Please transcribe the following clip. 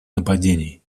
нападений